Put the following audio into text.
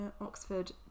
Oxford